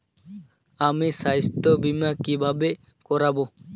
আমি স্বাস্থ্য বিমা কিভাবে করাব?